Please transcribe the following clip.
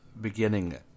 beginning